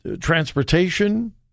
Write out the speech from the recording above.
transportation